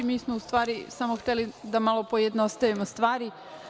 Mi smo u stvari samo hteli da malo pojednostavimo stvari.